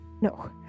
no